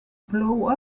blow